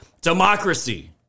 democracy